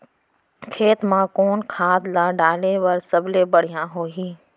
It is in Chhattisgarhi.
खेत म कोन खाद ला डाले बर सबले बढ़िया होही?